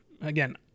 Again